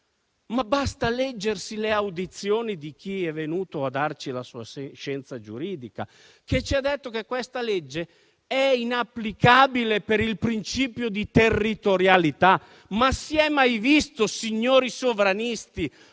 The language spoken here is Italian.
quanto dichiarato in audizione da chi è venuto a darci la sua scienza giuridica, che ci ha detto che questa legge è inapplicabile per il principio di territorialità. Ma si è mai visto, signori sovranisti,